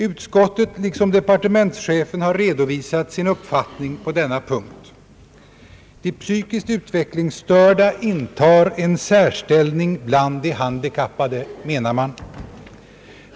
Utskottet har liksom departementschefen redovisat sin uppfattning på denna punkt: de psykiskt utvecklingsstörda intar, menar man, en särställning bland de handikappade.